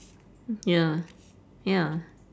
ya ya